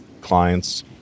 clients